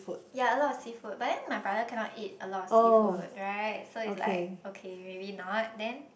ya a lot of seafood but then my brother cannot eat a lot of seafood right so it's like okay maybe not then